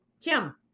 Kim